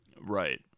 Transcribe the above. Right